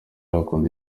wakunda